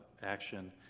action.